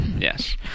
yes